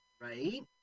right